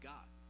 God